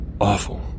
Awful